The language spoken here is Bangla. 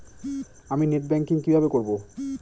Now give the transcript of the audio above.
আমি নেট ব্যাংকিং কিভাবে করব?